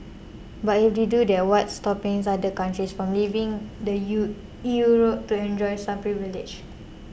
but if they do that what's stopping other countries from leaving the U E U to enjoy same privileges